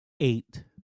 eight